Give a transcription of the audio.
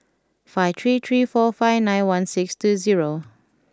five three three four five nine one six two zero